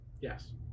Yes